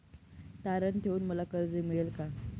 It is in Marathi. तारण ठेवून मला कर्ज मिळेल का?